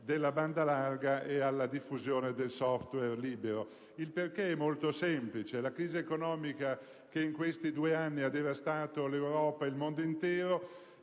della banda larga e alla diffusione del *software* libero. Il motivo è molto semplice: la crisi economica che in questi due anni ha devastato l'Europa e il mondo intero